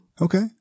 Okay